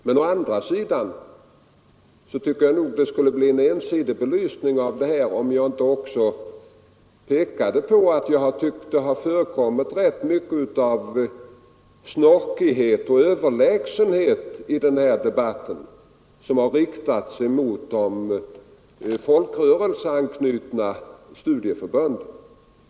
Men å andra sidan tycker jag nog det skulle bli en ensidig belysning av denna fråga om jag inte också pekade på att det har förekommit rätt mycket av snorkighet och överlägsenhet i denna debatt som har riktats mot de folkrörelseanknutna studieförbunden.